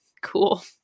cool